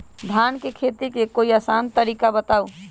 धान के खेती के कोई आसान तरिका बताउ?